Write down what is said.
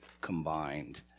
combined